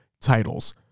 titles